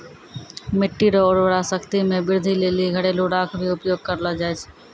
मिट्टी रो उर्वरा शक्ति मे वृद्धि लेली घरेलू राख भी उपयोग करलो जाय छै